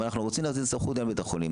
ואנחנו רוצים להטיל סמכות על בית החולים.